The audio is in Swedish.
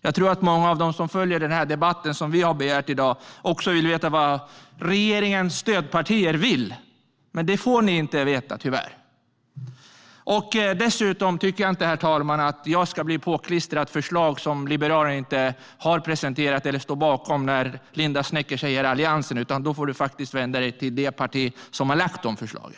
Jag tror att många av dem som följer den här debatten i dag, som vi har begärt, också vill veta vad regeringens stödparti vill, men det får de tyvärr inte veta. Dessutom, herr talman, tycker jag inte att jag ska bli påklistrad förslag från Alliansen som inte Liberalerna har presenterat eller står bakom. Linda Snecker får faktiskt vända sig till det parti som har lagt fram förslagen.